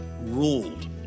ruled